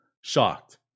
Shocked